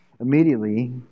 immediately